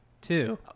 Two